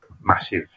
massive